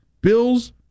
Bills